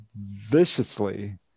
viciously